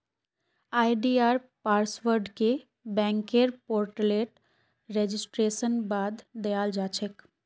आई.डी.आर पासवर्डके बैंकेर पोर्टलत रेजिस्ट्रेशनेर बाद दयाल जा छेक